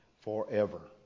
forever